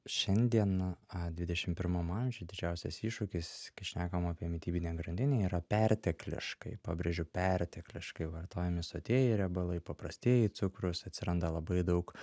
šiandien dvidešimt pirmam amžiuj didžiausias iššūkis kai šnekam apie mitybinę grandinę yra pertekliškai pabrėžiu pertekliškai vartojami sotieji riebalai paprastieji cukrūs atsiranda labai daug